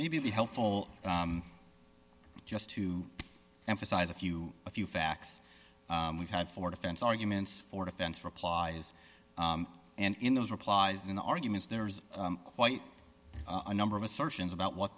may be helpful just to emphasize a few a few facts we've had for defense arguments for defense replies and in those replies in the arguments there's quite a number of assertions about what